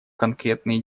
конкретные